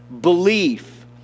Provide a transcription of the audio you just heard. belief